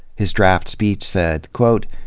his draft speech said, quote,